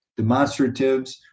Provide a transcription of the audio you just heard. demonstratives